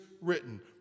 written